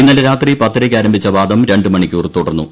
ഇന്നലെ രാത്രി പത്തരയ്ക്ക് ആരംഭിച്ചു വാദം രണ്ടുമണിക്കൂർ തുടർന്നു